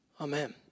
Amen